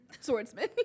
Swordsman